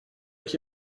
qui